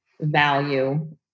value